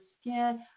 skin